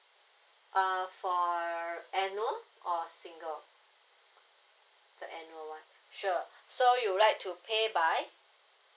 uh for annual or single the annual one sure so you would like to pay by